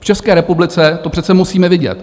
V České republice to přece musíme vidět.